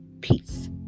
Peace